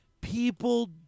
people